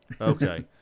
okay